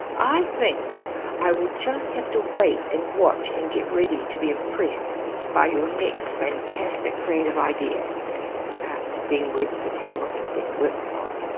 i think i will just have to wait and watch and get ready to be impressed by your next fantastic creative idea is being worked to see what has been worked on.